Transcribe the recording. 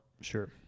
Sure